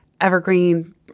evergreen